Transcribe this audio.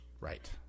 Right